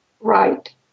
Right